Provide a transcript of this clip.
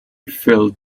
felt